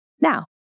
Now